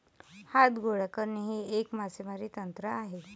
हात गोळा करणे हे एक मासेमारी तंत्र आहे